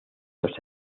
los